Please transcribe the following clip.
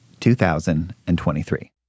2023